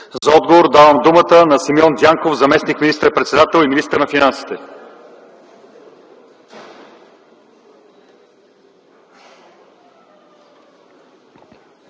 За отговор давам думата на Симеон Дянков, заместник министър-председател и министър на финансите.